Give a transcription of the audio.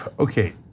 okay,